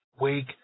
wake